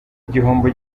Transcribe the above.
igihombo